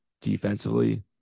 Defensively